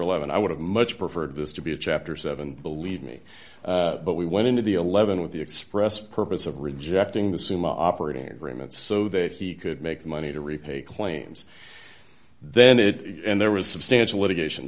eleven i would have much preferred this to be a chapter seven believe me but we went into the eleven with the express purpose of rejecting the sumo operating agreement so that he could make money to repay claims then it and there was substantial litigation